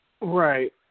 right